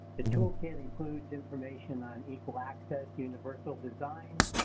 the toolkit includes information on equal access, universal design,